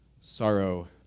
sorrow